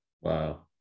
Wow